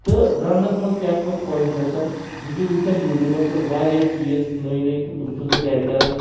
تہٕ رَننَس منٛز کیاہ چھِ مےٚ خۄش گژھان بہٕ چھُس وٕچھَان یوٗٹیوٗبَس پٮ۪ٹھ واریاہ چیٖز نٔے نٔے تہٕ تِم چھُس بہٕ گَرِ کَران